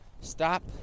stop